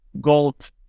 gold